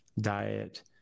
diet